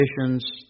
conditions